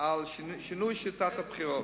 על שינוי שיטת הבחירות,